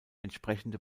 entsprechende